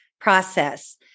process